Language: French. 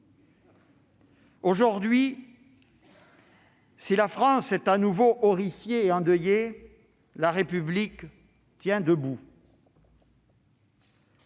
Aujourd'hui, si la France est de nouveau horrifiée et endeuillée, la République tient debout.